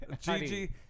Gigi